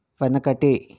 వెనకటి